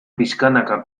pixkanaka